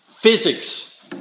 physics